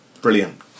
Brilliant